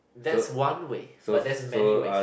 that's one way but there is many ways